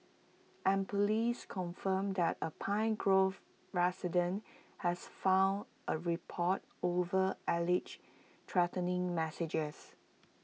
and Police confirmed that A pine grove resident has filed A report over alleged threatening messages